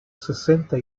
sesenta